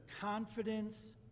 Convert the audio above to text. confidence